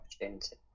opportunity